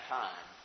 time